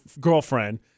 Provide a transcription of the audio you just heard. girlfriend